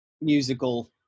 musical